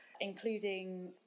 including